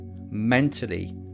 mentally